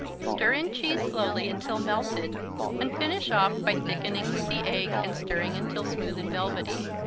stir in cheese slowly until melted and finish off by thickening with the egg and stirring until smooth and velvety.